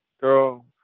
girl